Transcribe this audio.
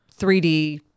3D